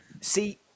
See